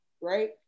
right